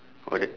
on the